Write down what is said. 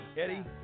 Eddie